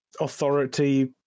authority